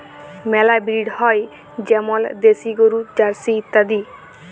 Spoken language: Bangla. মেলা ব্রিড হ্যয় যেমল দেশি গরু, জার্সি ইত্যাদি